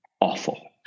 awful